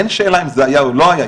אין שאלה אם זה היה או לא היה,